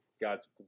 God's